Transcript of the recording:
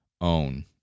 own